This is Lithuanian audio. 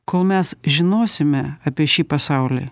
kol mes žinosime apie šį pasaulį